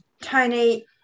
Tony